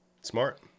smart